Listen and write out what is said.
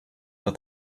that